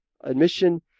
admission